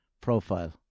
profile